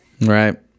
Right